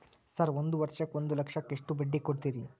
Sir ಒಂದು ವರ್ಷಕ್ಕ ಒಂದು ಲಕ್ಷಕ್ಕ ಎಷ್ಟು ಬಡ್ಡಿ ಕೊಡ್ತೇರಿ?